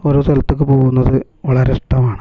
ഓരോ സലത്തൊക്കെ പോവുന്നത് വളരെ ഇഷ്ടമാണ്